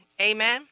Amen